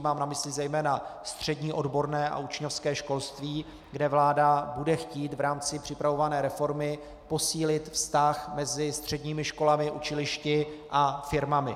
Mám na mysli zejména střední odborné a učňovské školství, kde vláda bude chtít v rámci připravované reformy posílit vztah mezi středními školami, učilišti a firmami.